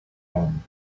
home